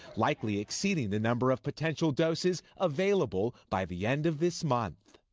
likely exceeding the number of potential doses available by the end of this month.